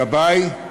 גבאי,